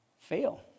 fail